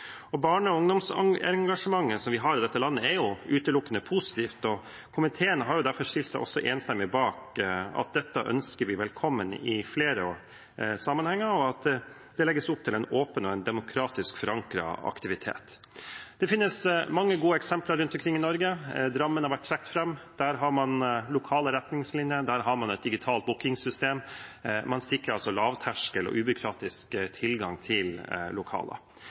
og ungdomsengasjementet som vi har i dette landet, er utelukkende positivt. Komiteen har derfor stilt seg enstemmig bak at dette ønsker vi velkommen i flere sammenhenger, og at det legges opp til en åpen og demokratisk forankret aktivitet. Det finnes mange gode eksempler rundt omkring i Norge. Drammen har vært trukket fram. Der har man lokale retningslinjer, der har man et digitalt bookingsystem – man sikrer lavterskel og ubyråkratisk tilgang til lokaler.